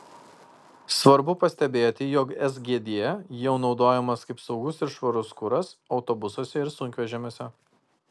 svarbu pastebėti jog sgd jau naudojamas kaip saugus ir švarus kuras autobusuose ir sunkvežimiuose